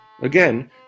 Again